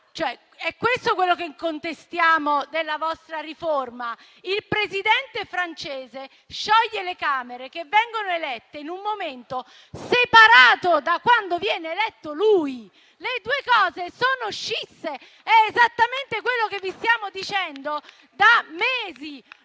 è questo quello che contestiamo della vostra riforma. Il Presidente francese scioglie le Camere, che vengono elette in un momento separato da quando viene eletto lui; le due cose sono scisse: è esattamente quello che vi stiamo dicendo da mesi.